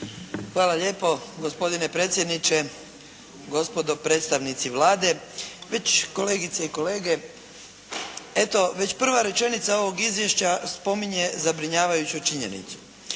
Hvala lijepo gospodine predsjedniče. Gospodo predstavnici Vlade, kolegice i kolege. Eto prva rečenica ovog izvješća spominje zabrinjavajuću činjenicu.